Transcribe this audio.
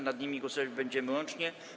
Nad nimi głosować będziemy łącznie.